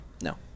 no